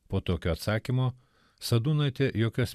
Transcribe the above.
po tokio atsakymo sadūnaitė jokios